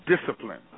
discipline